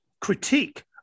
critique